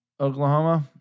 Oklahoma